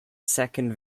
second